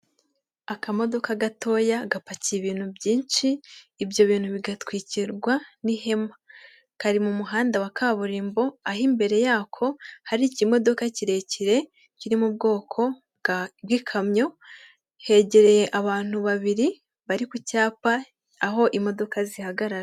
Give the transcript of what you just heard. Akamodoka gatoya gapakiye ibintu byinshi, ibyo bintu bigatwikirwa n'ihema, kari mu muhanda wa kaburimbo aho imbere yako hari ikimodoka kirekire kiri mu bwoko bw'ikamyo, hegereye abantu babiri bari ku cyapa aho imodoka zihagarara.